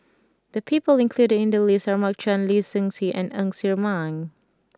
the people included in the list are Mark Chan Lee Seng Tee and Ng Ser Miang